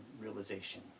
realization